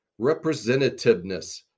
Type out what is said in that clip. representativeness